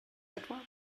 etwa